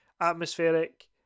Atmospheric